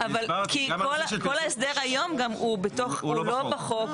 כל ההסדר היום גם הוא בתוך, הוא לא בחוק.